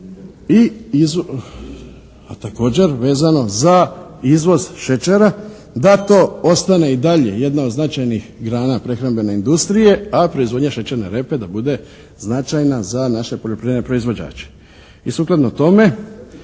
a također vezano za izvoz šećera da to ostane i dalje jedna od značajnih grana prehrambene industrije a proizvodnja šećerne repe da bude značajna za naše poljoprivredne proizvođače.